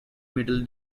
middle